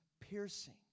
piercing